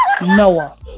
Noah